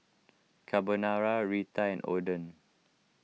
Carbonara Raita and Oden